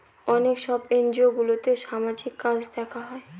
অনেক সব এনজিওগুলোতে সামাজিক কাজ দেখা হয়